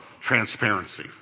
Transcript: transparency